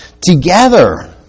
together